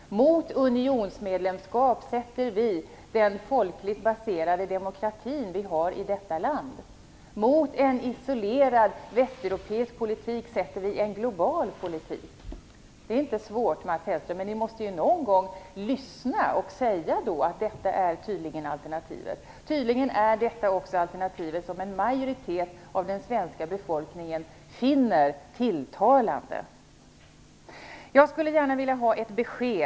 Mot unionsmedlemskap ställer vi den folkligt baserade demokrati som vi har i detta land. Mot en isolerad västeuropeisk politik ställer vi en global politik. Det är inte svårt, Mats Hellström. Men någon gång måste ni lyssna och säga att detta är alternativet. Tydligen är detta också det alternativ som en majoritet av den svenska befolkningen finner tilltalande.